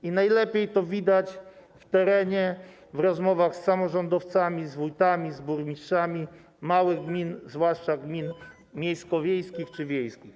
I najlepiej to widać w terenie, w rozmowach z samorządowcami, z wójtami, z burmistrzami małych gmin, zwłaszcza gmin miejsko-wiejskich czy wiejskich.